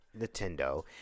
nintendo